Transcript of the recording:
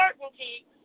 certainty